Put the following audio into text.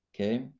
Okay